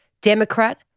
Democrat